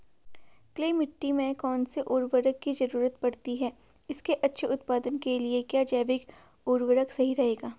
Clay मिट्टी में कौन से उर्वरक की जरूरत पड़ती है इसके अच्छे उत्पादन के लिए क्या जैविक उर्वरक सही रहेगा?